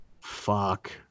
fuck